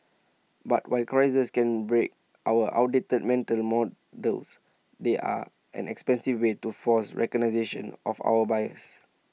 but while crises can break our outdated mental models they are an expensive way to force of our biases